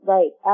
Right